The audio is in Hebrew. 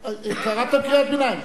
קראתם קריאות ביניים.